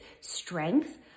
strength